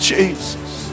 Jesus